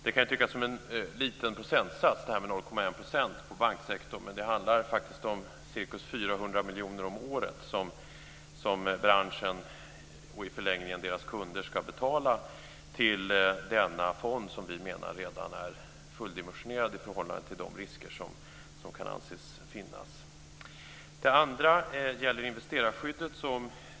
0,1 % kan tyckas som en liten procentsats på banksektorn, men det handlar om ca 400 miljoner om året som branschen och i förlängningen dess kunder ska betala till denna fond, som vi menar redan är fullt dimensionerad i förhållande till de risker som kan anses finnas. Den andra invändningen gäller investerarskyddet.